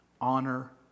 Honor